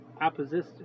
opposition